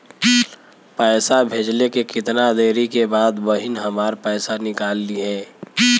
पैसा भेजले के कितना देरी के बाद बहिन हमार पैसा निकाल लिहे?